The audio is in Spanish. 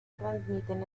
transmiten